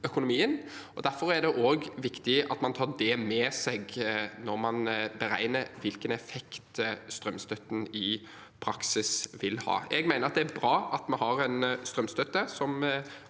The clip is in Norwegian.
Derfor er det også viktig at man tar med seg det når man beregner hvilken effekt strømstøtten i praksis vil ha. Jeg mener det er bra at vi har en strømstøtte som